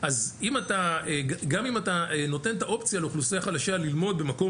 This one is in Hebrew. אז גם אם אתה נותן לאוכלוסייה חלשה את האופציה ללמוד במקום